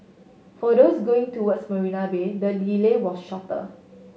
for those going towards Marina Bay the delay was shorter